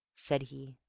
said he,